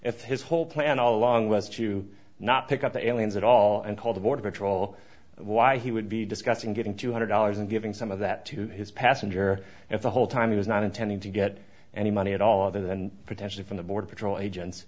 if his whole plan all along was to not pick up the aliens at all and call the border patrol why he would be discussing getting two hundred dollars and giving some of that to his passenger and the whole time he was not intending to get any money at all other than potentially from the border patrol agents